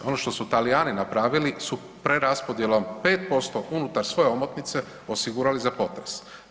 Ono što su Talijani napravili su preraspodjelom 5% unutar svoje omotnice osigurali za potres.